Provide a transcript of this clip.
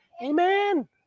Amen